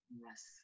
Yes